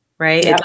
right